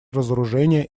разоружения